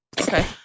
okay